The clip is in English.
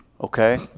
Okay